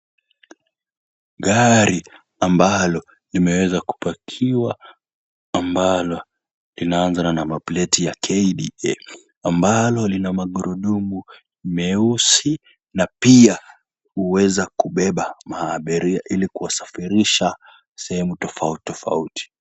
Gari ambalo limeweza kupakiwa, ambalo linaanza na number plate ya KDA ambalo lina magurudumu meusi na pia huweza kubeba maabiria ili kuwasafirisha sehemu tofauti tofauti.